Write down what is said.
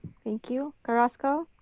thank you, carrasco,